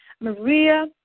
Maria